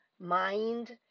mind